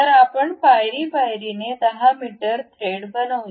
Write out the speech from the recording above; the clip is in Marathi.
तर आपण पायरीपायरीने दहा मीटर थ्रेड बनवू